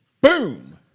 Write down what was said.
Boom